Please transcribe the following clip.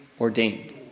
ordained